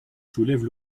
soulève